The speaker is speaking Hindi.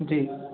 जी